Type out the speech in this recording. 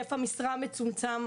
היקף המשרה מצומצם,